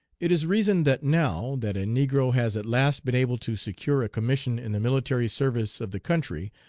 it is reasoned that now, that a negro has at last been able to secure a commission in the military service of the country,